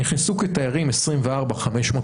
נכנסו כתיירים 24,520,